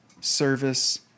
service